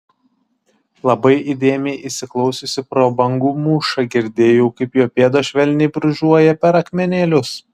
labai įdėmiai įsiklausiusi pro bangų mūšą girdėjau kaip jo pėdos švelniai brūžuoja per akmenėlius